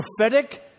prophetic